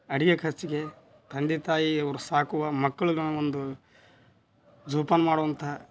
ಅಡುಗೆ ಖರ್ಚಿಗೆ ತಂದೆ ತಾಯಿ ಅವ್ರು ಸಾಕುವ ಮಕ್ಳಿಗೆ ಒಂದು ಜೋಪಾನ ಮಾಡುವಂಥ